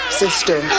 sister